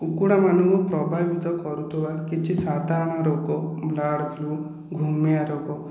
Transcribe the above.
କୁକୁଡ଼ା ମାନଙ୍କୁ ପ୍ରଭାବିତ କରୁଥିବା କିଛି ସାଧାରଣ ରୋଗ ବା ଘୁ ଘୁମେଇବାରୋଗ